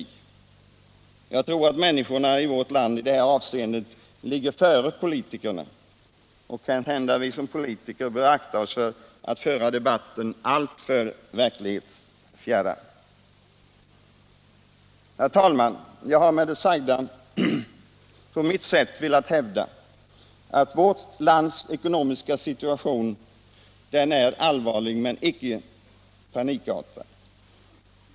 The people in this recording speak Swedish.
Jag tror att människorna i vårt land i det här avseendet ligger före politikerna, och kanhända bör vi som politiker akta oss för att föra debatten alltför verklighetsfjärran. Herr talman! Jag har med det sagda på mitt sätt velat hävda att vårt lands ekonomiska situation är allvarlig men icke panikartad.